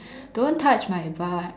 don't touch my butt